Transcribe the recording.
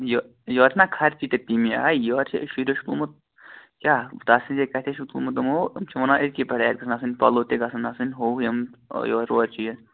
یہِ یورٕ چھِنا خرچہٕ تہِ تٔمی آیہِ یورٕ چھِ أسۍ شُرِس گومُت کیٛاہ تَس سٕنٛزے کَتھے چھُ تھوٚومُت یِمَو یِم چھِ وَنان أزۍکہِ پٮ۪ٹھٕے اَسہِ گژھن آسٕنۍ پَلَو تہِ گژھَن آسٕنۍ ہُہ یِم یورٕ یورٕ چھِ